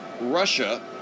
Russia